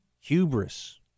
hubris